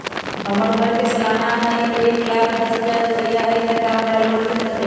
हमर घर के सालाना आमदनी एक लाख दस हजार रुपैया हाई त का हमरा लोन मिल सकलई ह?